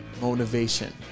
Motivation